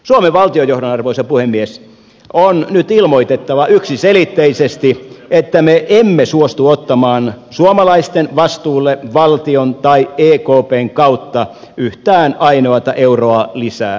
suomen valtion johdon arvoisa puhemies on nyt ilmoitettava yksiselitteisesti että me emme suostu ottamaan suomalaisten vastuulle valtion tai ekpn kautta yhtään ainoata euroa lisää